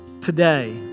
today